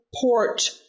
Port